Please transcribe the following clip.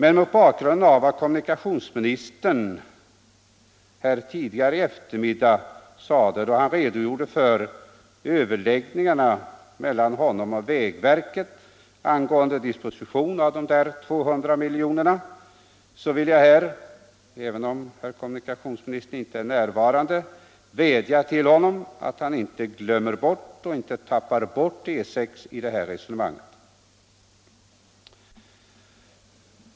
Men mot bakgrund av vad kommunikationsministern här under eftermiddagen sade, då han redogjorde för överläggningarna mellan honom och vägverket angående disposition av dessa 200 miljoner, vill jag, även om herr kommunikationsministern inte är närvarande, vädja till honom att han inte tappar bort E 6 i detta resonemang. 3.